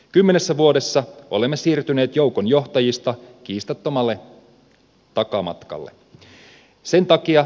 kymmenessä vuodessa olemme siirtyneet joukon johtajista kiistattomalle takamatkalle